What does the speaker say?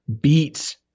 beats